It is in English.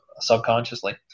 subconsciously